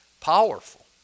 Powerful